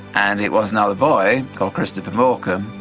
and it was another boy called christopher morcom,